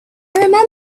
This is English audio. remember